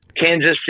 Kansas